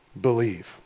believe